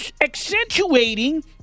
accentuating